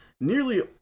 nearly